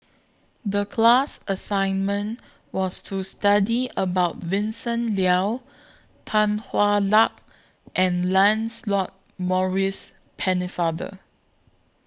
The class assignment was to study about Vincent Leow Tan Hwa Luck and Lancelot Maurice Pennefather